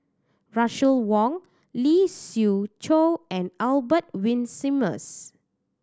Russel Wong Lee Siew Choh and Albert Winsemius